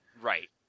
Right